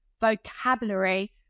Vocabulary